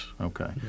Okay